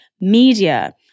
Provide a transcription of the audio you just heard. media